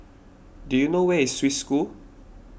do you know where is Swiss School